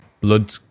blood